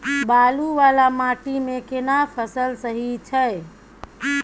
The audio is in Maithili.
बालू वाला माटी मे केना फसल सही छै?